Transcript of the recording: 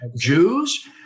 Jews